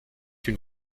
une